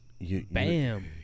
Bam